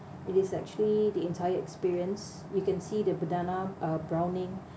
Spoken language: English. it is actually the entire experience you can see the banana uh browning